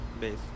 base